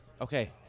Okay